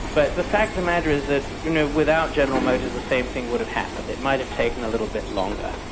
but the fact of the matter is that you know without general motors the same thing would have happened. it might have taken a little bit longer,